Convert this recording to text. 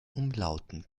umlauten